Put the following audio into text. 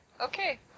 Okay